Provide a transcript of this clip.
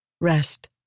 Rest